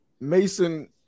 Mason